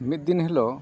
ᱢᱤᱫ ᱫᱤᱱ ᱦᱤᱞᱳᱜ